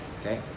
Okay